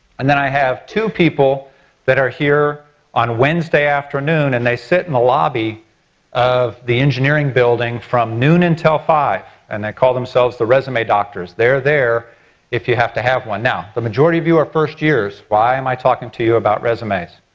and then i have two people who are here on wednesday afternoon and they sit in the lobby of the engineering building from noon until five and they call themselves the resume doctors. they're there if you have to have one. now, the majority of you are first years, why am i talking to you about resumes?